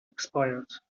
expired